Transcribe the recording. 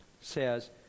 says